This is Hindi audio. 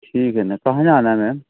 ठीक है न कहाँ जाना है